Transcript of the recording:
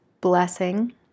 blessing